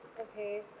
okay